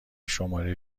شماره